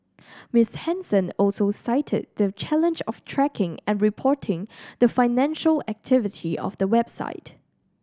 Miss Henson also cited the challenge of tracking and reporting the financial activity of the website